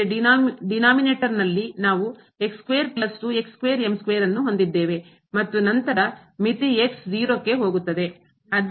ಇಲ್ಲಿ ಡಿನೋಮಿನೇಟರ್ನಲ್ಲಿ ನಾವು ಅನ್ನು ಹೊಂದಿದ್ದೇವೆ ಮತ್ತು ನಂತರ ಮಿತಿ 0 ಕ್ಕೆ ಹೋಗುತ್ತದೆ